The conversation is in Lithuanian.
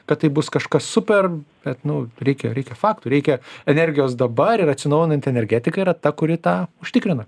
kad tai bus kažkas super bet nu reikia reikia faktų reikia energijos dabar ir atsinaujinanti energetika yra ta kuri tą užtikrina